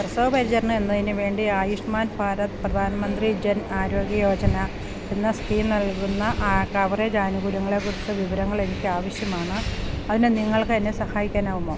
പ്രസവപരിചരണം എന്നതിന് വേണ്ടി ആയുഷ്മാൻ ഭാരത് പ്രധാൻമന്ത്രി ജൻ ആരോഗ്യ യോജന എന്ന സ്കീം നൽകുന്ന കവറേജ് ആനുകൂല്യങ്ങളെക്കുറിച്ച് വിവരങ്ങളെനിക്ക് ആവശ്യമാണ് അതിന് നിങ്ങൾക്കെന്നെ സഹായിക്കാനാകുമോ